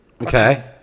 Okay